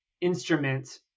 instrument